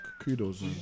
kudos